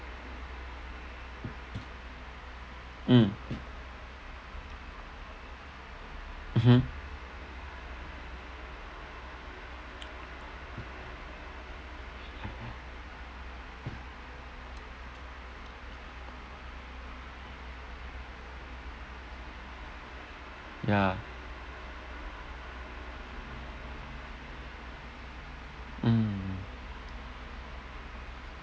mm mmhmm